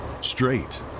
Straight